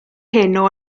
heno